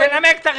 תנמק את הרביזיה.